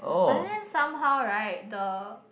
but then somehow right the